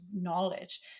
knowledge